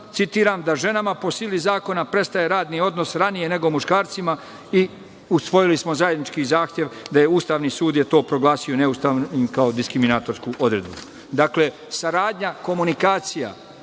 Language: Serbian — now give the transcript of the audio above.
citiram, da ženama po sili zakona prestaje radni odnos ranije nego muškarcima i usvojili smo zajednički zahtev, a Ustavni sud je to proglasio kao neustavno, kao diskriminatorsku odredbu. Dakle, saradnja, komunikacija,